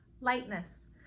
lightness